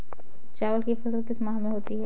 चावल की फसल किस माह में होती है?